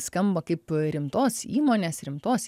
skamba kaip rimtos įmonės rimtos